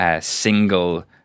single